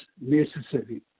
necessary